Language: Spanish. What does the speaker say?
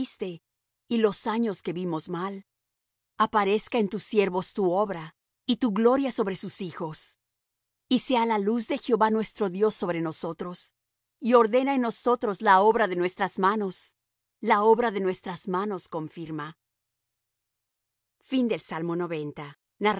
y los años que vimos mal aparezca en tus siervos tu obra y tu gloria sobre sus hijos y sea la luz de jehová nuestro dios sobre nosotros y ordena en nosotros la obra de nuestras manos la obra de nuestras manos confirma el